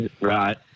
Right